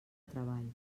treball